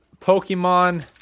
Pokemon